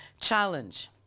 challenge